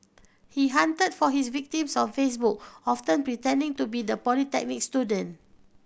he hunted for his victims on Facebook often pretending to be the polytechnic student